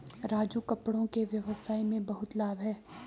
राजू कपड़ों के व्यवसाय में बहुत लाभ है